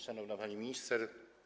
Szanowna Pani Minister!